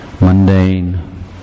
mundane